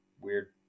weird